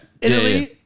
Italy